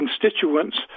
constituents